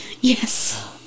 Yes